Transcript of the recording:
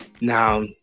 Now